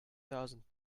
thousand